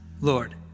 Lord